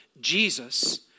Jesus